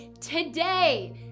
today